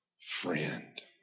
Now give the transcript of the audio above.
friend